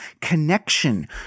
connection